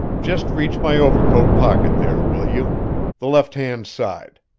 just reach my overcoat pocket there, will you the left-hand side.